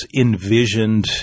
envisioned